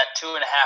two-and-a-half